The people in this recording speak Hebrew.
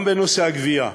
גם בנושא הגבייה,